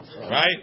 right